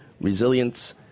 resilience